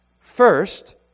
First